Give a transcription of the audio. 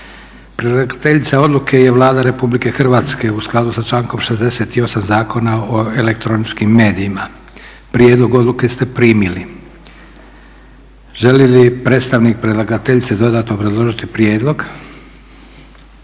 Predlagateljica odluke je Vlada Republike Hrvatske u skladu sa člankom 68. Zakona o elektroničkim medijima. Prijedlog odluke ste primili. Želi li predstavnik predlagateljice dodatno obrazložiti prijedlog?